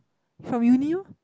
from uni lor